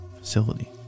facility